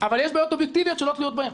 אבל יש בעיות אובייקטיביות שלא תלויות בהם.